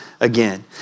again